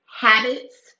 habits